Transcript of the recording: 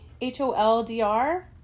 H-O-L-D-R